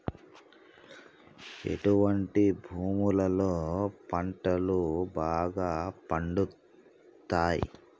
ఎటువంటి భూములలో పంటలు బాగా పండుతయ్?